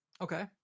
Okay